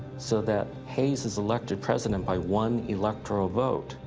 so that hayes is elected president by one electoral vote.